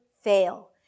fail